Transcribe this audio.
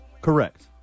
Correct